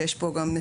שיש פה נציגה,